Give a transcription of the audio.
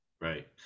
Right